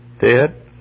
dead